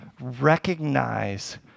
recognize